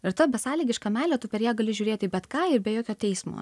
ir ta besąlygiška meilė tu per ją gali žiūrėti į bet ką ir be jokio teismo